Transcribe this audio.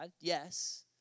yes